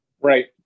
Right